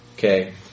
Okay